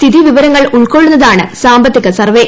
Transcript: സ്ഥിതിവിവരങ്ങൾ ഉൾക്കൊള്ളുന്നതാണ് സാമ്പത്തിക സർവേ